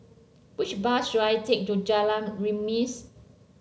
which bus should I take to Jalan Remis